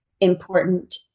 important